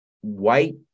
white